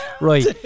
Right